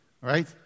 right